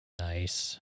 Nice